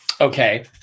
Okay